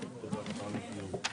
הישיבה ננעלה בשעה